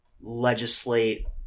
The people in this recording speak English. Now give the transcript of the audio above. legislate